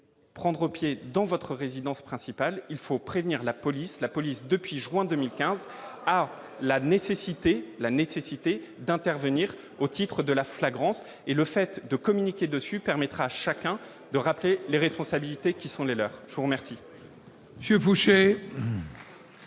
prendre pied dans votre résidence principale, il faut prévenir la police, la police depuis juin 2015, alors la nécessité la nécessité d'intervenir au titre de la flagrance et le fait de communiquer dessus, permettre à chacun de rappeler les responsabilités qui sont les leur je vous remercie.